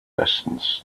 distance